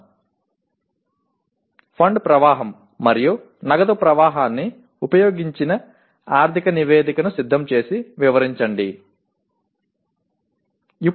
"fund ప్రవాహం మరియు నగదు ప్రవాహాన్ని ఉపయోగించి ఆర్థిక నివేదికను సిద్ధం చేసి వివరించండి"